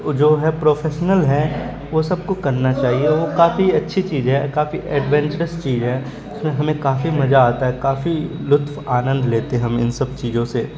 جو ہے پروفیشنل ہیں وہ سب کو کرنا چاہیے وہ کافی اچھی چیز ہے کافی ایڈونچرس چیز ہے اس میں ہمیں کافی مزہ آتا ہے کافی لطف آنند لیتے ہم ان سب چیزوں سے